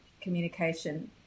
communication